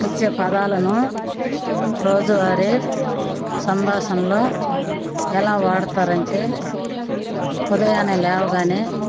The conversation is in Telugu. వచ్చే పదాలను రోజువారి సంభాషణలో ఎలా వాడతారంటే ఉదయాన్నే లేవగానే